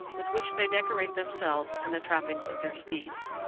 with which they decorate themselves and the trappings of their steeds.